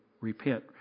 repent